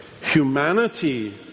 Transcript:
humanity